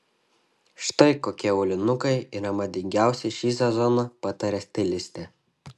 štai kokie aulinukai yra madingiausi šį sezoną pataria stilistė